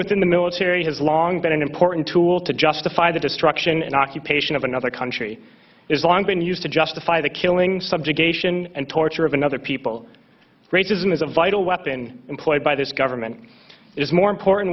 within the military has long been an important tool to justify the destruction and occupation of another country it's long been used to justify the killing subjugation and torture of another people racism is a vital weapon employed by this government is more important